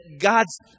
God's